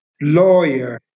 lawyer